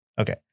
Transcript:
Okay